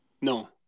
No